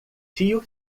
tio